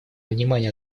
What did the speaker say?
внимание